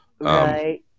Right